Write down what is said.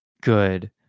good